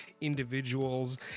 individuals